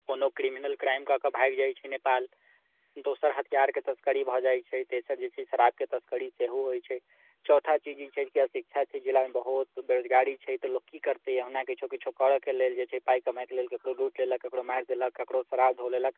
कोनो criminal crime कऽ कऽ भागि जाइत छै नेपाल दोसर हथियारके तस्करी भए जाइत छै तेसर जे छै शराबके तस्करी सेहो होइत छै चौथा चीज ई छै जे अशिक्षा छै जिलामे बहुत बेरोजगारी छै तऽ लोक की करतै अहुना किछु किछु करऽके लेल जे छै पाइ कमाइके लेल ककरो लुटि लेलक ककरो मारि देलक ककरो समान ढो देलक